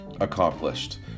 accomplished